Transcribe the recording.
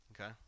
Okay